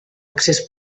accés